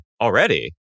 already